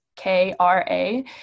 K-R-A